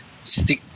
stick